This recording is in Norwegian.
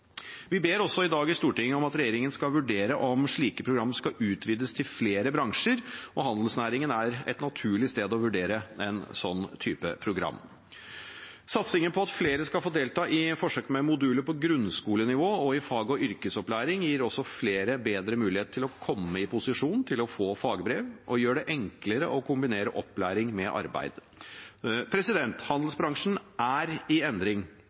Vi ber også i Stortinget i dag om at regjeringen vurderer om slike programmer skal utvides til flere bransjer. Handelsnæringen er et naturlig sted å vurdere en slik type program. Satsingen på at flere skal få delta i forsøk med moduler på grunnskolenivå og i fag- og yrkesopplæring, gir også flere bedre mulighet til å komme i posisjon til å få fagbrev og gjør det enklere å kombinere opplæring med arbeid. Handelsbransjen er i endring,